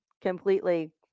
completely